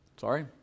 Sorry